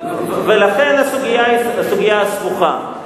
ולכן הסוגיה סבוכה.